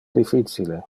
difficile